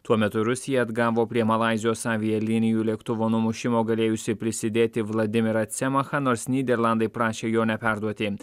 tuo metu rusija atgavo prie malaizijos avialinijų lėktuvo numušimo galėjusį prisidėti vladimirą cemahą nors nyderlandai prašė jo neperduoti